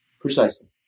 precisely